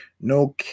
No